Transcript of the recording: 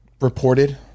reported